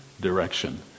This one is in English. direction